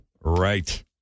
Right